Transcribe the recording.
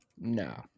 No